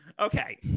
Okay